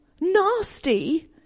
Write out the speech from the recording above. nasty